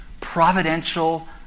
providential